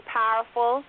powerful